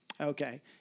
Okay